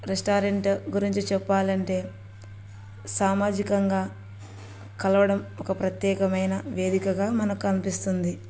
restaurant గురించి చెప్పాలి అంటే సామాజికంగా కలవడం ఒక ప్రత్యేకమైన వేదికగా మనకు అనిపిస్తుంది